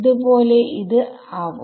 അത് പോലെ ഇത് ആവും